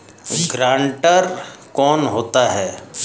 Guarantor कौन होता है?